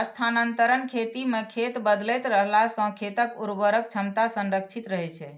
स्थानांतरण खेती मे खेत बदलैत रहला सं खेतक उर्वरक क्षमता संरक्षित रहै छै